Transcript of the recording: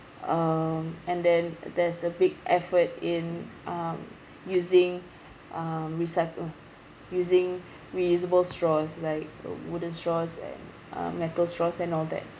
um and then there's a big effort in um using um recy~ uh using reusable straws like a wooden straws and uh metal straws and all that